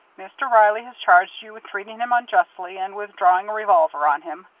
mr. reilly has charged you with treating him unjustly and with drawing a revolver on him.